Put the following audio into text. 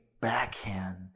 backhand